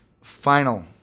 final